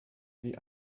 sie